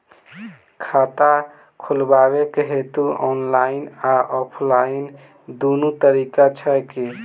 खाता खोलेबाक हेतु ऑनलाइन आ ऑफलाइन दुनू तरीका छै की?